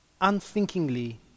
unthinkingly